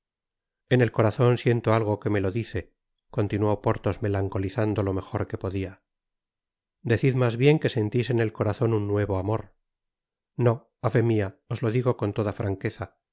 en el corazon siento algo que me lo dice continuó porthos melancolizando lo mejor que podia decid mas bien que sentis en el corazon un nuevo amor no á fó mia os lo digo con toda franqueza